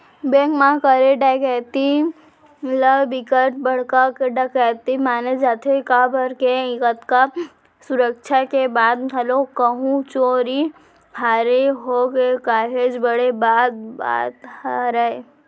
bank म करे डकैती ल बिकट बड़का डकैती माने जाथे काबर के अतका सुरक्छा के बाद घलोक कहूं चोरी हारी होगे काहेच बड़े बात बात हरय